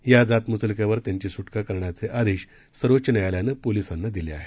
या जातमुचलक्यावर त्यांची सुटका करण्याचे आदेश सर्वोच्च न्यायालयानं पोलिसांना दिले आहेत